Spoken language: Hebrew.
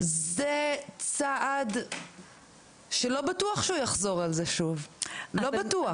זה צעד שלא בטוח שהוא יחזור עליו שוב, לא בטוח.